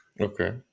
Okay